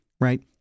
right